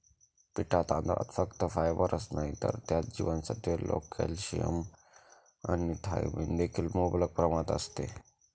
पिटा तांदळात फक्त फायबरच नाही तर त्यात जीवनसत्त्वे, लोह, कॅल्शियम आणि थायमिन देखील मुबलक प्रमाणात असते